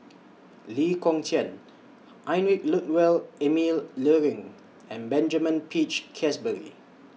Lee Kong Chian Heinrich Ludwig Emil Luering and Benjamin Peach Keasberry